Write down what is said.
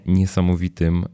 niesamowitym